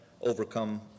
overcome